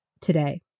today